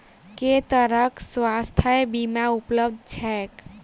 केँ तरहक स्वास्थ्य बीमा उपलब्ध छैक?